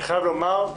אני חייב לומר,